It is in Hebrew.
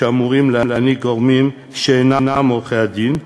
שאמורים להעניק גורמים שאינם עורכי-דין,